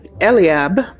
Eliab